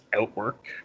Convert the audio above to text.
outwork